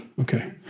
Okay